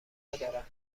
ندارم